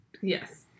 Yes